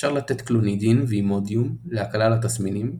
אפשר לתת קלונידין ואימודיום להקלה על התסמינים,